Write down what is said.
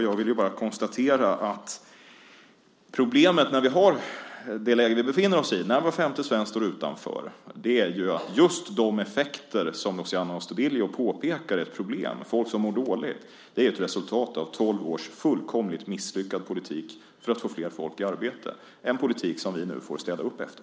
Jag konstaterar att problemet när vi har ett läge där var femte svensk står utanför arbetsmarknaden, med effekten att folk mår dåligt precis som Luciano Astudillo påpekar, är ett resultat av tolv års fullkomligt misslyckad politik för att få flera människor i arbete. Den politiken får vi nu städa upp efter.